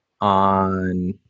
on